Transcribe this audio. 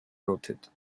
noted